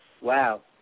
Wow